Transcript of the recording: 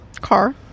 car